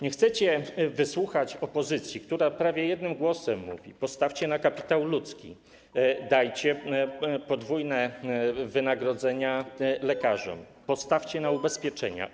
Nie chcecie wysłuchać opozycji, która prawie jednym głosem mówi: postawcie na kapitał ludzki, dajcie podwójne wynagrodzenia lekarzom, postawcie na ubezpieczenia.